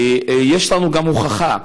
יש לנו גם הוכחה: